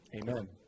Amen